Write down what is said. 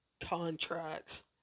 contracts